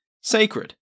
sacred